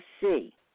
see